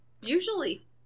Usually